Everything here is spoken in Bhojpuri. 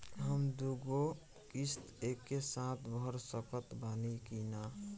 हम दु गो किश्त एके साथ भर सकत बानी की ना?